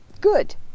good